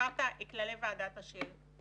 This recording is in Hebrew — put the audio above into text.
אמרת כללי ועדת אשר.